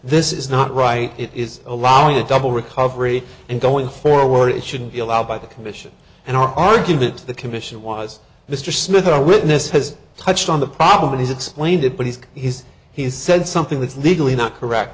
this is not right it is allowing a double recovery and going forward it shouldn't be allowed by the commission and our argument to the commission was mr smith our witness has touched on the problem he's explained it but he's he's he said something that's legally not correct